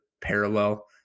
parallel